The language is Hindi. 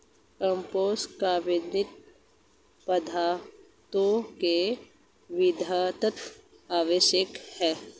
कम्पोस्ट कार्बनिक पदार्थों के विघटित अवशेष हैं